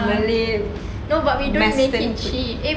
malay nasi